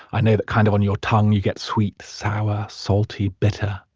i know that kind of on your tongue you get sweet, sour, salty, bitter,